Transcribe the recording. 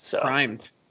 primed